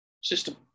system